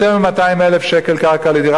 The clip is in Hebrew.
יותר מ-200,000 שקלים קרקע לדירה,